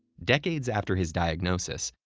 decades after his diagnosis,